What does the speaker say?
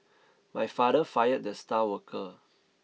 my father fired the star worker